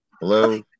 Hello